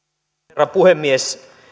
herra puhemies